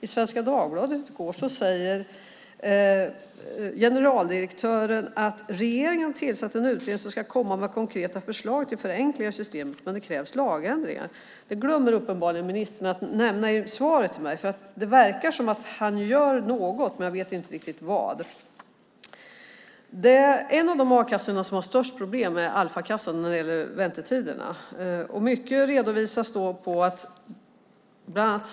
I Svenska Dagbladet i går säger generaldirektören att regeringen har tillsatt en utredning som ska komma med konkreta förslag till förenklingar i systemet, men det krävs lagändringar. Det glömmer uppenbarligen ministern att nämna i svaret till mig. Det verkar som att han gör något men vet inte riktigt vad. En av de a-kassor som har störst problem när det gäller väntetiderna är Alfakassan.